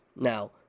Now